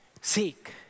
Seek